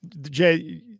Jay